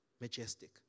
majestic